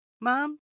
Mom